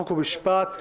חוק ומשפט,